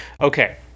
Okay